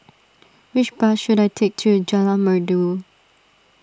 which bus should I take to Jalan Merdu